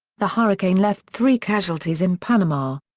the hurricane left three casualties in panama.